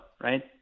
right